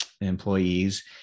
employees